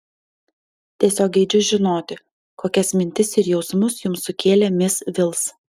tiesiog geidžiu žinoti kokias mintis ir jausmus jums sukėlė mis vils